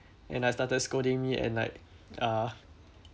and like started scolding me and like uh